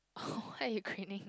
oh why you grinning